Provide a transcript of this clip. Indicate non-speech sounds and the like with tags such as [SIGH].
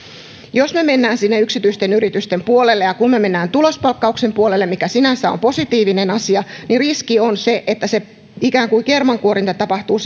jos me menemme sinne yksityisten yritysten puolelle ja kun me menemme tulospalkkauksen puolelle mikä sinänsä on positiivinen asia niin riski on se että se ikään kuin kermankuorinta tapahtuu [UNINTELLIGIBLE]